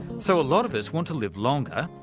so a lot of us want to live longer,